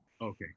Okay